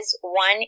one